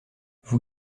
vous